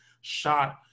shot